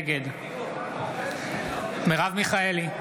נגד מרב מיכאלי,